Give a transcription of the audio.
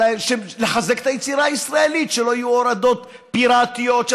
לחזק את היצירה הישראלית: שלא יהיו הורדות פיראטיות,